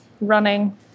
running